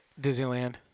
Disneyland